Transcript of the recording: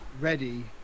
ready